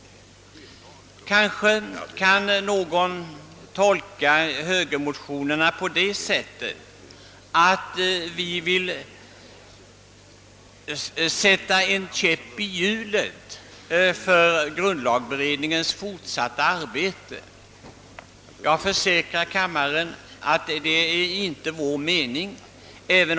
Kanske kan någon tro att högermotionärerna genom sina motioner vill sätta en käpp i hjulet för grundlagberedningens fortsatta arbete. Jag försäkrar kammaren att det inte är på det sättet.